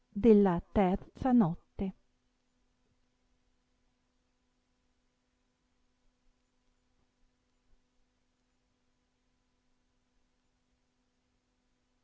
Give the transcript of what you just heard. della terza notte